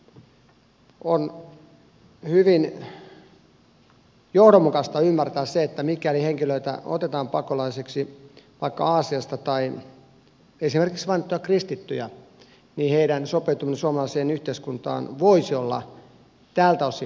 on hyvin johdonmukaista ymmärtää se että mikäli henkilöitä otetaan pakolaisiksi vaikka aasiasta tai esimerkiksi vain kristittyjä niin heidän sopeutumisensa suomalaiseen yhteiskuntaan voisi olla tältä osin helpompaa